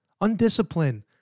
Undisciplined